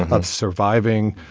of surviving,